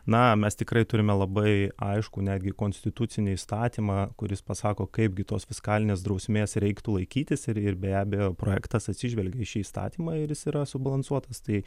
na mes tikrai turime labai aiškų netgi konstitucinį įstatymą kuris pasako kaipgi tos fiskalinės drausmės reiktų laikytis ir ir be abejo projektas atsižvelgia į šį įstatymą ir jis yra subalansuotas tai